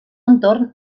entorn